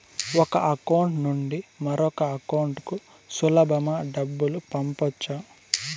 ఒక అకౌంట్ నుండి మరొక అకౌంట్ కు సులభమా డబ్బులు పంపొచ్చా